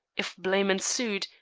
if blame ensued,